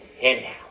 Anyhow